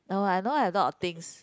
no I don't have a lot of things